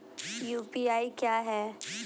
UPI क्या है?